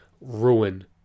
ruin